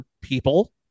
people